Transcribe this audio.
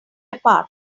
apart